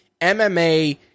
MMA